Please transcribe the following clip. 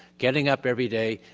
getting up every day,